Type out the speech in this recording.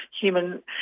Human